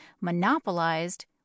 monopolized